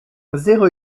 zéro